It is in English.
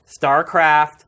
StarCraft